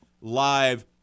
live